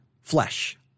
flesh